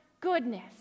goodness